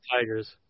Tigers